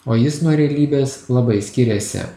o jis nuo realybės labai skiriasi